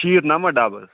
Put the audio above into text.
شیٖتھ نمتھ ڈبہٕ حظ